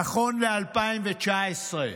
נכון ל-2019.